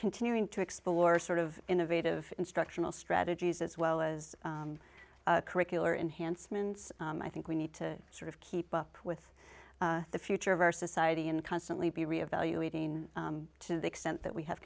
continuing to explore sort of innovative instructional strategies as well as curricular enhancements i think we need to sort of keep up with the future of our society and constantly be reevaluating to the extent that we have